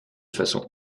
façon